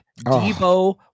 Debo